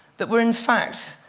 that were, in fact,